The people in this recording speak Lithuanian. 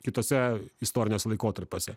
kituose istoriniuose laikotarpiuose